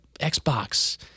Xbox